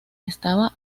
estaba